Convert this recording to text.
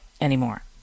anymore